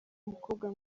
umukobwa